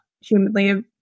humanly